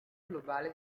globale